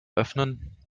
öffnen